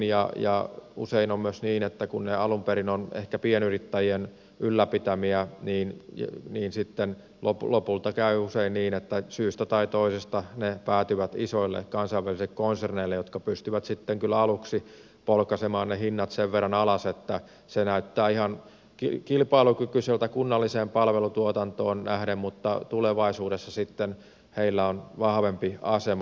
ja usein on myös niin että kun ne alun perin ovat ehkä pienyrittäjien ylläpitämiä niin sitten lopulta käy niin että syystä tai toisesta ne päätyvät isoille kansainvälisille konserneille jotka pystyvät sitten kyllä aluksi polkaisemaan ne hinnat sen verran alas että se näyttää ihan kilpailukykyiseltä kunnalliseen palvelutuotantoon nähden mutta tulevaisuudessa sitten heillä on vahvempi asema